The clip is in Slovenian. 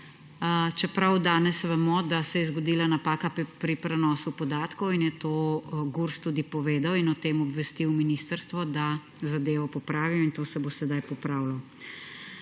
čeprav danes vemo, da se je zgodila napaka pri prenosu podatkov. Gurs je to tudi povedal in o tem obvestil ministrstvo, da zadevo popravi, in to se bo sedaj popravilo.